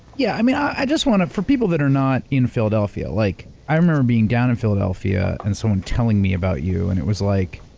yeah, i mean i just want to, for people that are not in philadelphia, like i remember being down in philadelphia and someone telling me about you. and it was like,